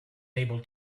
able